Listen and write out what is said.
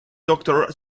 doctor